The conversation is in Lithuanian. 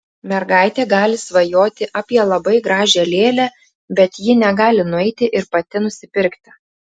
mergaitė gali svajoti apie labai gražią lėlę bet ji negali nueiti ir pati nusipirkti